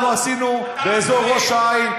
עשינו באזור ראש-העין,